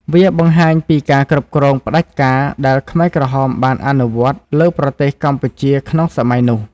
វាបង្ហាញពីការគ្រប់គ្រងផ្ដាច់ការដែលខ្មែរក្រហមបានអនុវត្តលើប្រទេសកម្ពុជាក្នុងសម័យនោះ។